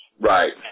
Right